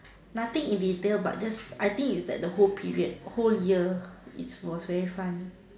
nothing in detail but just I think is that period whole year it was very fun